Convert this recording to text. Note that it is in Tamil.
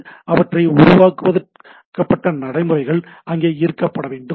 எனவே அதற்காக உறுவாக்கப்பட்ட நடைமுறைகள் அங்கே இருக்க வேண்டும்